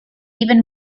even